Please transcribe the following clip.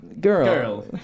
Girl